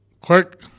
quick